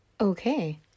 Okay